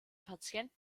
patienten